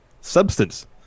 substance